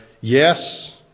yes